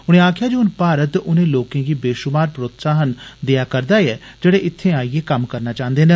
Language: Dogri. उनें आक्खेआ जे हून भारत उनें लोकें गी बेषुमार प्रोत्साहन देआ करदा ऐ जेडे इत्थे आइए कम्म करना चांहदे न